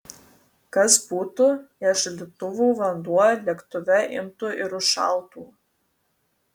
kas būtų jei šaldytuvų vanduo lėktuve imtų ir užšaltų